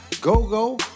go-go